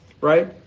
right